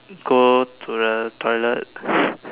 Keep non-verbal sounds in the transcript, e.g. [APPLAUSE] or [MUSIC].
go to the toilet [LAUGHS]